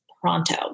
pronto